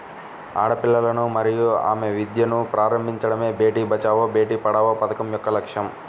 ఆడపిల్లలను మరియు ఆమె విద్యను ప్రారంభించడమే బేటీ బచావో బేటి పడావో పథకం యొక్క లక్ష్యం